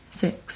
six